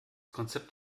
konzept